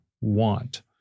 want